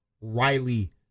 Riley